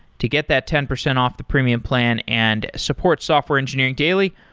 to get that ten percent off the premium plan and support software engineering daily,